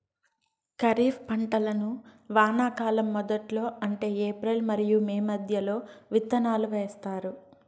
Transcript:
ఖరీఫ్ పంటలను వానాకాలం మొదట్లో అంటే ఏప్రిల్ మరియు మే మధ్యలో విత్తనాలు వేస్తారు